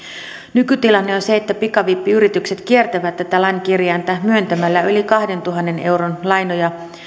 nykytilanne on se että pikavippiyritykset kiertävät tätä lain kirjainta myöntämällä yli kahdentuhannen euron lainoja